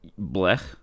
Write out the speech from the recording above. Blech